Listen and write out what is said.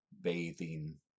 bathing